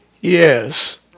yes